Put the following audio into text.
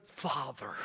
father